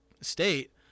State